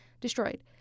destroyed